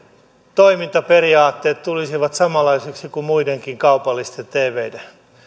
toimintaperiaatteet tulisivat samanlaisiksi kuin muidenkin kaupallisten tviden